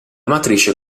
matrice